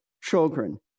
children